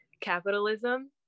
capitalism